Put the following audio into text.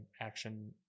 action